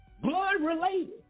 blood-related